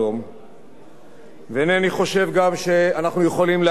ואינני חושב גם שאנחנו יכולים להתמיד במצב הקיים.